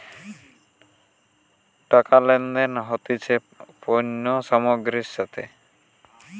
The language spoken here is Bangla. টাকা লেনদেন হতিছে পণ্য সামগ্রীর সাথে